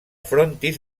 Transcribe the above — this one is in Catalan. frontis